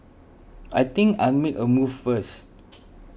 I think I'll make a move first